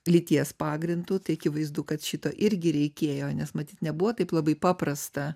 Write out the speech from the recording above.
lyties pagrindu tai akivaizdu kad šito irgi reikėjo nes matyt nebuvo taip labai paprasta